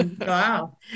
Wow